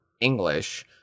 English